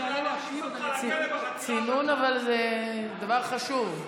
אבל צינון זה דבר חשוב.